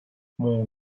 mon